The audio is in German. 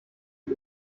die